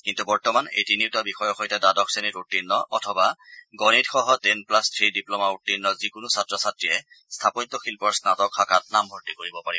কিন্তু বৰ্তমান এই তিনিওটা বিষয়ৰ সৈতে দ্বাদশ শ্ৰেণীত উত্তীৰ্ণ অথবা গণিতসহ টেন প্লাছ থ্ৰী ডিপ্লমা উত্তীৰ্ণ যিকোনো ছাত্ৰ ছাত্ৰীয়ে স্থাপত্য শিল্পৰ স্নাতক শাখাত নামভৰ্তি কৰিব পাৰিব